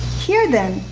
here then,